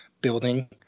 building